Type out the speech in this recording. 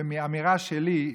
באמירה שלי,